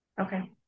Okay